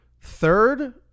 third